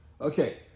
Okay